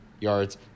yards